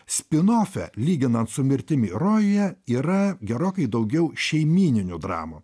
spinofe lyginant su mirtimi rojuje yra gerokai daugiau šeimyninių dramų